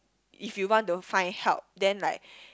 if you want to find help then like